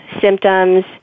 symptoms